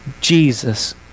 Jesus